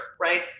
right